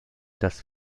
das